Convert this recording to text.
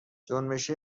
جنبش